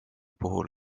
puhul